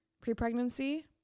pre-pregnancy